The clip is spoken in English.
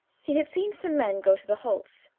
he had seen some men go to the holts'.